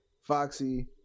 Foxy